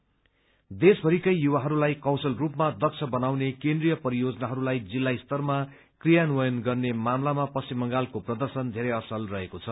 youth कौशल देशभरिकै यूवाहरूलाई कौशल रूपमा दक्ष बनाउने केन्द्रीय परियोजनाहरूलाई जिल्ला स्तरमा क्रियान्वयन गर्ने मामलामा पश्चिम बंगालको प्रदर्शन बेरै असल रहेको छ